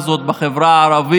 נרצחו בשנה הזאת בחברה הערבית